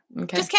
Okay